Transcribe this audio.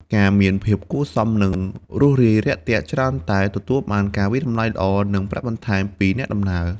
ការមានភាពគួរសម និងរួសរាយរាក់ទាក់ ច្រើនតែទទួលបានការវាយតម្លៃល្អ និងប្រាក់បន្ថែមពីអ្នកដំណើរ។